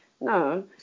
No